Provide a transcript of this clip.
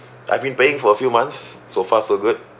I've been paying for a few months so far so good